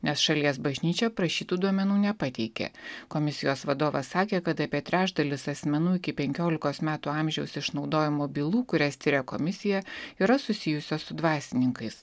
nes šalies bažnyčia prašytų duomenų nepateikė komisijos vadovas sakė kad apie trečdalis asmenų iki penkiolikos metų amžiaus išnaudojimo bylų kurias tiria komisija yra susijusios su dvasininkais